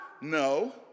No